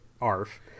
ARF